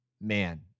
man